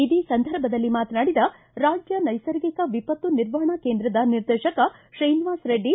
ಇದೇ ಸಂದರ್ಭದಲ್ಲಿ ಮಾತನಾಡಿದ ರಾಜ್ಯ ನೈಸರ್ಗಿಕ ವಿಪತ್ತು ನಿರ್ವಹಣಾ ಕೇಂದ್ರದ ನಿರ್ದೇಶಕ ಶ್ರೀನಿವಾಸ ರೆಡ್ಡಿ